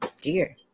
dear